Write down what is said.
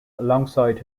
alongside